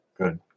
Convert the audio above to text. Good